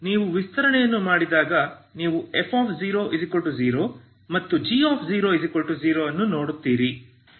ನೀವು ವಿಸ್ತರಣೆಯನ್ನು ಮಾಡಿದಾಗ ನೀವು f0 ಮತ್ತು g00 ಅನ್ನು ನೋಡುತ್ತೀರಿ